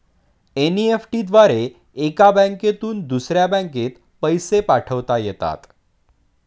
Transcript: NEFT द्वारे एका बँकेतून दुसऱ्या बँकेत पैसे पाठवता येतात